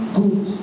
good